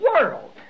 world